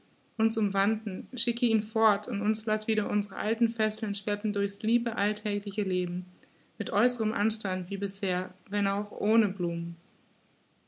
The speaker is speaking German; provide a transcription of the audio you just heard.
uns umwanden schicke ihn fort und uns laß wieder uns're alten fesseln schleppen durch's liebe alltägliche leben mit äußerem anstand wie bisher wenn auch ohne blumen